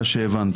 שמעתי